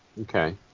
okay